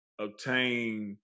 obtain